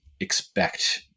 expect